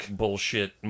bullshit